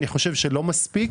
אני חושב שלא מספיק,